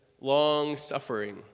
long-suffering